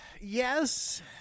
Yes